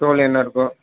toll என்ன இருக்கோ